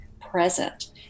present